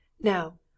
Now